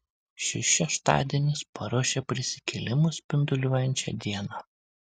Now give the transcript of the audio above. šis šeštadienis paruošia prisikėlimo spinduliuojančią dieną